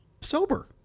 sober